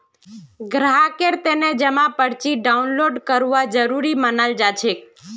ग्राहकेर तने जमा पर्ची डाउनलोड करवा जरूरी मनाल जाछेक